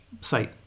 site